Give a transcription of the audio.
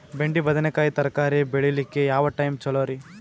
ಬೆಂಡಿ ಬದನೆಕಾಯಿ ತರಕಾರಿ ಬೇಳಿಲಿಕ್ಕೆ ಯಾವ ಟೈಮ್ ಚಲೋರಿ?